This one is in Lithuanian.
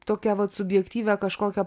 tokią vat subjektyvią kažkokią